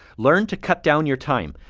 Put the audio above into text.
learn to cut down your time.